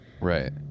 right